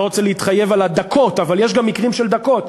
אני לא רוצה להתחייב על הדקות אבל יש גם מקרים של דקות,